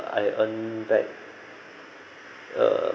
I earn back err